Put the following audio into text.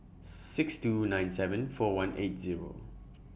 six two nine seven four one eight Zero